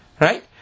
Right